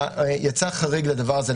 יצא חריג לדבר הזה,